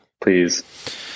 Please